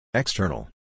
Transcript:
External